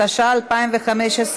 התשע"ה 2015,